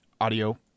audio